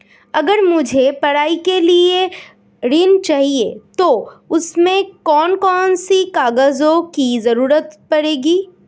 अगर मुझे पढ़ाई के लिए ऋण चाहिए तो उसमें कौन कौन से कागजों की जरूरत पड़ेगी?